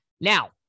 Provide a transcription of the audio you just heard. Now